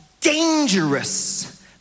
dangerous